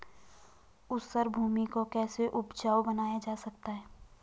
ऊसर भूमि को कैसे उपजाऊ बनाया जा सकता है?